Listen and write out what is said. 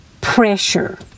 pressure